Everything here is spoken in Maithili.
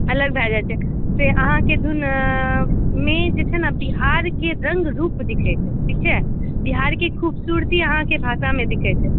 अलग भए जाइत छै से अहाँके धुन मे जे छै ने बिहारके रङ्ग रूप दिखैत छै ठीक छै बिहारके खूबसूरती अहाँके भाषामे दिखैत छै